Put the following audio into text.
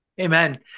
Amen